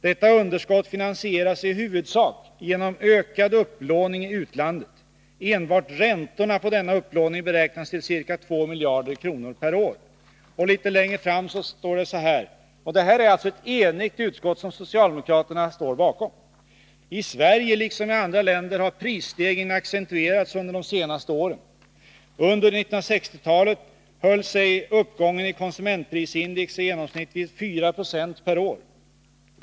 Detta underskott finansieras i huvudsak genom ökad upplåning i utlandet. Enbart räntorna på denna upplåning beräknas till ca 2 miljarder kr. per år.” Det är här alltså fråga om en enig skrivning, som socialdemokraterna stod bakom. Litet längre fram står det: ”I Sverige liksom i andra länder har prisstegringen accentuerats upp under de senaste åren. Under 1960-talet höll sig uppgången i konsumentprisindex i genomsnitt vid 4 6 per år.